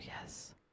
yes